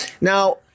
Now